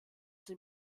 sie